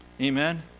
Amen